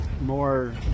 more